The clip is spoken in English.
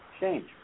Change